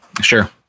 Sure